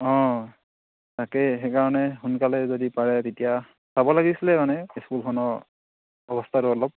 অঁ তাকেই সেইকাৰণে সোনকালে যদি পাৰে তেতিয়া চাব লাগিছিলে মানে স্কুলখনৰ অৱস্থাটো অলপ